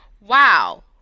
wow